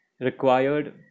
required